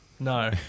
No